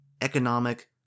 economic